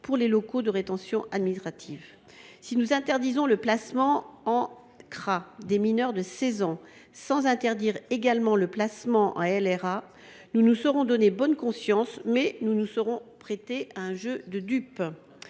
pour les CRA, mais également pour les LRA. Si nous interdisons le placement en CRA des mineurs de 16 ans sans interdire également le placement en LRA, nous nous serons donné bonne conscience, mais nous nous serons surtout prêtés à un jeu de dupes